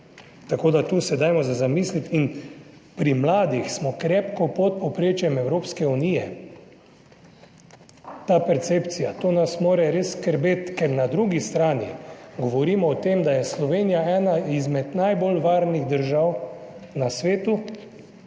Tako da tu se dajmo zamisliti. In pri mladih smo krepko pod povprečjem Evropske unije. Ta percepcija, to nas mora res skrbeti, ker na drugi strani govorimo o tem, da je Slovenija ena izmed najbolj varnih držav na svetu,